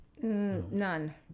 None